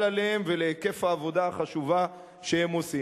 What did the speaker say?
עליהם ולהיקף העבודה החשובה שהם עושים.